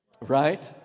Right